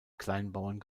kleinbauern